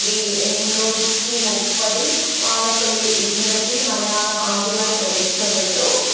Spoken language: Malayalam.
ഏ ഡി എണ്ണൂറ്റി മുപ്പതില് വാഴപ്പള്ളി ലിഖിതത്തില് മലയാളം ആദ്യമായി പ്രത്യക്ഷപ്പെട്ടു